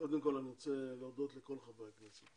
אני רוצה להודות לכל חברי הכנסת,